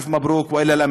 אלף מזל טוב.